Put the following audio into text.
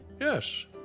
Yes